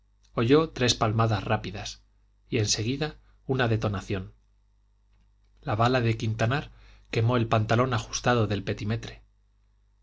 oyó tres palmadas rápidas y en seguida una detonación la bala de quintanar quemó el pantalón ajustado del petimetre